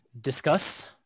discuss